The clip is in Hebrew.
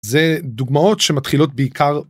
זה דוגמאות שמתחילות בעיקר.